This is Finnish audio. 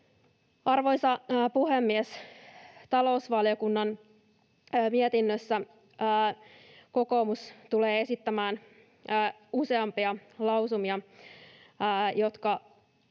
Arvoisa puhemies! Talousvaliokunnan mietinnössä kokoomus tulee esittämään useampia lausumia, jotka